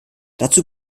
dazu